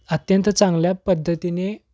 अत्यंत चांगल्या पद्धतीने